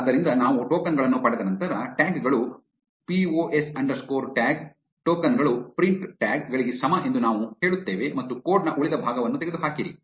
ಆದ್ದರಿಂದ ನಾವು ಟೋಕನ್ ಗಳನ್ನು ಪಡೆದ ನಂತರ ಟ್ಯಾಗ್ ಗಳು ಪೋಸ್ ಅಂಡರ್ಸ್ಕೋರ್ ಟ್ಯಾಗ್ ಟೋಕನ್ ಗಳು ಪ್ರಿಂಟ್ ಟ್ಯಾಗ್ ಗಳಿಗೆ ಸಮ ಎಂದು ನಾವು ಹೇಳುತ್ತೇವೆ ಮತ್ತು ಕೋಡ್ ನ ಉಳಿದ ಭಾಗವನ್ನು ತೆಗೆದು ಹಾಕಿರಿ